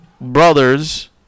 brothers